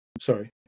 sorry